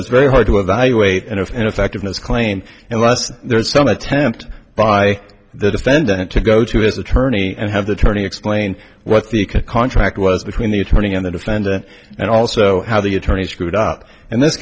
it's very hard to evaluate and if ineffectiveness claim unless there's some attempt by the defendant to go to his attorney and have the turning explain what the contract was between the attorney and the defendant and also how the attorney screwed up in this